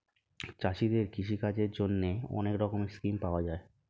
চাষীদের কৃষি কাজের জন্যে অনেক রকমের স্কিম পাওয়া যায়